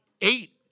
eight